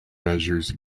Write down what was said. measures